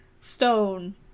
stone